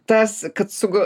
tas kad sug